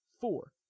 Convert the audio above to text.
four